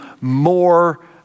more